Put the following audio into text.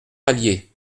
allier